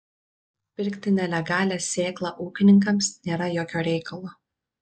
pirkti nelegalią sėklą ūkininkams nėra jokio reikalo